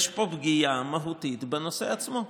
יש פה פגיעה מהותית בנושא עצמו.